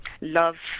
Love